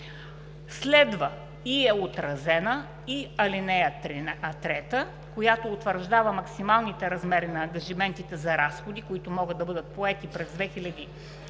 Следва и е отразена и ал. 3, която утвърждава максималните размери на ангажиментите за разходи, които могат да бъдат поети през 2018 г.